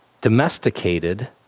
domesticated